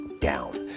down